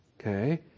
Okay